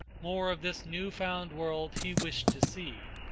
more of this new-found world he wished to see,